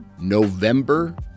November